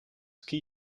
ski